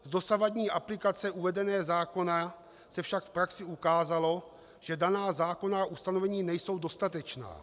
Z dosavadní aplikace uvedeného zákona se však v praxi ukázalo, že daná zákonná ustanovení nejsou dostatečná.